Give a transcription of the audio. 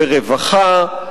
ברווחה,